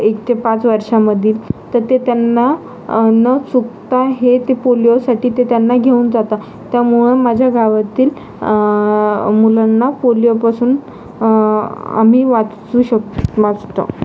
एक ते पाच वर्षांमध्ये तर ते त्यांना न चुकता हे ते पोलिओसाठी ते त्यांना घेऊन जातात त्यामुळं माझ्या गावातील मुलांना पोलिओपासून आम्ही वाचवू शकतो वाचतो